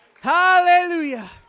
Hallelujah